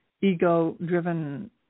ego-driven